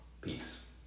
Peace